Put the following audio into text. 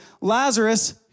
Lazarus